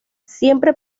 siempre